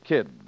Kid